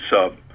sub